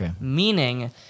meaning